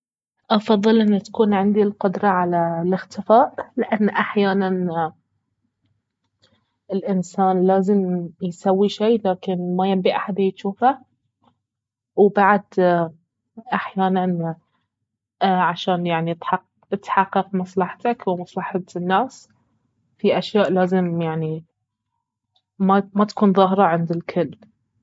افضل ان تكون عندي القدرة على الاختفاء لان أحيانا الانسان لازم يسوي شي لكن ما يبي احد يجوفه وبعد أحيانا عشان يعني تحقق مصلحتك ومصلحة الناس في أشياء لازم يعني ما تكون ظاهرة عند الكل